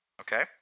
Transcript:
okay